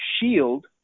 shield